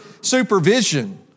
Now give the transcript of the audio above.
supervision